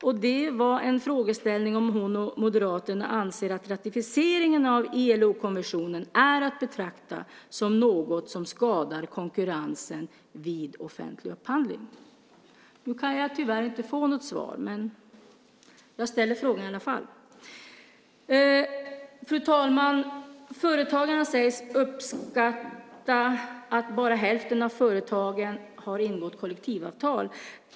Frågan var om hon och Moderaterna anser att ratificeringen av ILO-konventionen är att betrakta som något som skadar konkurrensen vid offentlig upphandling. Nu kan jag tyvärr inte få något svar, men jag ställer frågan i alla fall. Fru talman! Företagarna sägs uppskatta att bara hälften av företagen har ingått kollektivavtal.